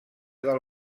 del